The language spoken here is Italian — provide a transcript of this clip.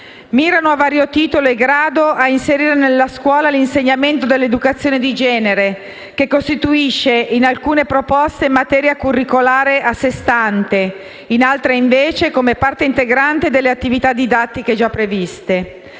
mirano, a vario titolo e grado, a inserire nella scuola l'insegnamento dell'educazione di genere che costituisce, in alcune proposte, materia curriculare a sé stante, in altre, invece, parte integrante delle attività didattiche già previste.